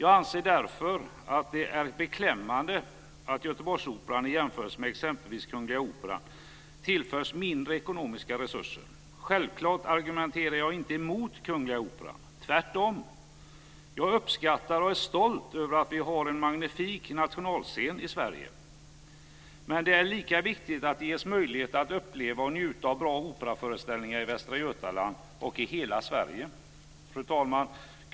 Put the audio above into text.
Jag anser därför att det är beklämmande att Göteborgsoperan i jämförelse med exempelvis Kungliga Operan tillförs mindre ekonomiska resurser. Självklar argumenterar jag inte emot Kungliga Operan - tvärtom. Jag uppskattar och är stolt över att vi har en magnifik nationalscen i Sverige. Men det är lika viktigt att det ges möjlighet att uppleva och njuta av bra operaföreställningar i Västra Götaland och i hela Sverige. Fru talman!